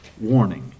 warning